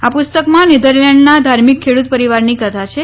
આ પુસ્તકમાં નેધરલેન્ડના ધાર્મિક ખેડૂત પરિવારની કથા છે